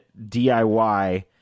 diy